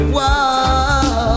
Whoa